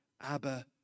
Abba